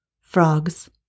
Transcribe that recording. Frogs